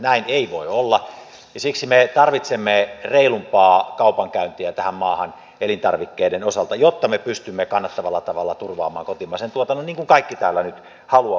näin ei voi olla ja siksi me tarvitsemme reilumpaa kaupankäyntiä tähän maahan elintarvikkeiden osalta jotta me pystymme kannattavalla tavalla turvaamaan kotimaisen tuotannon niin kuin kaikki täällä nyt haluamme hyvä niin